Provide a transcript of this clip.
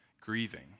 grieving